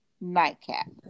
Nightcap